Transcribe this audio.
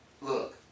Look